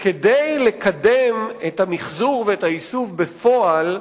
שכדי לקדם את המיחזור והאיסוף בפועל,